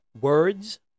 words